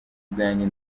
bwanjye